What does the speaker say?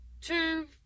two